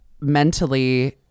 Mentally